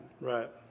Right